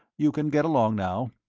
you can get along now.